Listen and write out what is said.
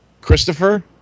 Christopher